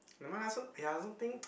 nevermind lah some !aiya! something